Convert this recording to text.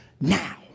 now